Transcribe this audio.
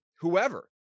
whoever